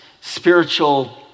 spiritual